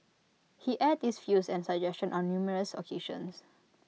he aired this views and suggestions on numerous occasions